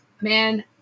man